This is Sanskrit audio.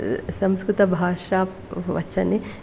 संस्कृतभाषा वचने